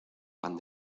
pan